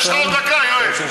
יש לך עוד דקה, יואל.